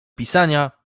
pisania